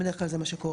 בדרך כלל זה מה שקורה,